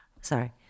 sorry